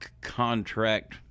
contract